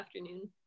afternoon